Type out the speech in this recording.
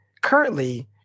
currently